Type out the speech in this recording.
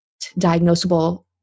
diagnosable